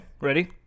ready